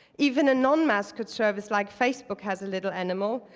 even a non-mascot service, like facebook, has a little animal,